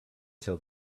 till